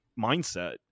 mindset